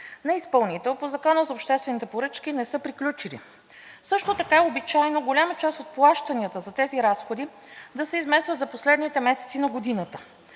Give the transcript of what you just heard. на изпълнител по Закона за обществените поръчки не са приключили. Също така е обичайно голяма част от плащанията за тези разходи да се измества за последните месеци на годината.